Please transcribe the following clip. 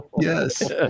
Yes